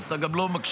אז אתה גם לא מקשיב?